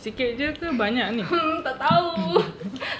sikit jer ke banyak ni